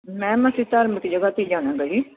ma'am ਅਸੀਂ ਧਾਰਮਿਕ ਜਗ੍ਹਾ 'ਤੇ ਜਾਣਾ ਗਾ ਜੀ